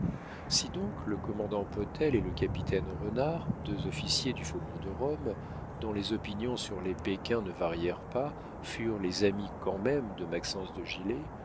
si donc le commandant potel et le capitaine renard deux officiers du faubourg de rome dont les opinions sur les péquins ne varièrent pas furent les amis quand même de maxence gilet